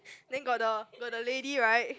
then got the got the lady right